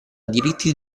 diritti